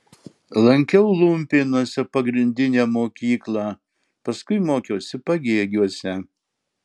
lankiau lumpėnuose pagrindinę mokyklą paskui mokiausi pagėgiuose